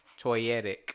toyetic